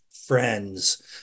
friends